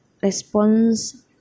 response